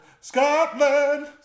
Scotland